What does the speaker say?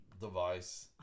device